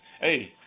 Hey